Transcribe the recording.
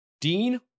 Dean